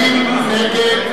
נגד?